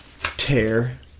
Tear